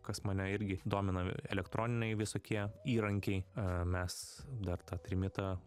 kas mane irgi domina elektroniniai visokie įrankiai mes dar tą trimitą